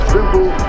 Simple